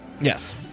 Yes